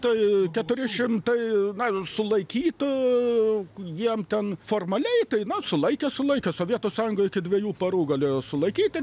tai keturi šimtai na sulaikytų jiem ten formaliai tai na sulaikė sulaikė sovietų sąjungoj iki dviejų parų galėjo sulaikyti